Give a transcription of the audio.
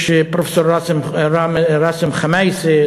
יש פרופסור ראסם חמאיסי,